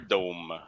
Dome